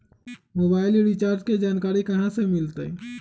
Mobile recharge के जानकारी कहा से मिलतै?